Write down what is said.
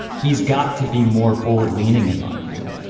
he's got to be more forward leaning, in my view,